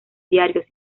diarios